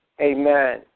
Amen